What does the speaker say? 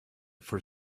for